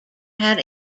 had